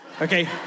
Okay